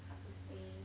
hard to say